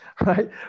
right